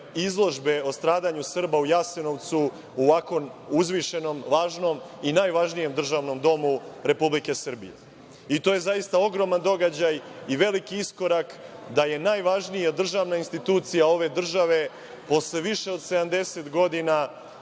izložbe o stradanju Srba u Jasenovcu u ovako uzvišenom, važnom i najvažnijem državnom domu Republike Srbije. To je zaista ogroman događaj i veliki iskorak, da je najvažnija državna institucija ove države, posle više od 70 godina,